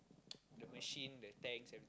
the machine the tanks every~